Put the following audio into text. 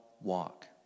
walk